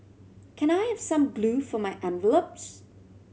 can I have some glue for my envelopes